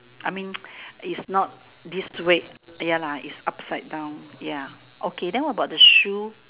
I mean it's not this way ya lah it's upside down ya okay then what about the shoe